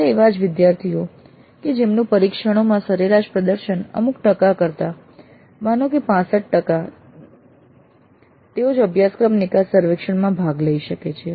ફક્ત એવા જ વિદ્યાર્થીઓ કે જેમનું પરીક્ષણોમાં સરેરાશ પ્રદર્શન અમુક ટકા કરતા હોય માનો કે ૬૫ ટકા તેઓ જ અભ્યાસક્રમ નિકાસ સર્વેક્ષણમાં ભાગ લઈ શકે છે